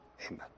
Amen